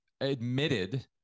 admitted